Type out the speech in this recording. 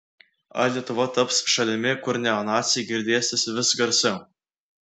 ar lietuva taps šalimi kur neonaciai girdėsis vis garsiau